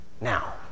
Now